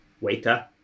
waiter